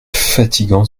fatigant